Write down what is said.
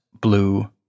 blue